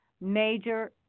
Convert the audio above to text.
major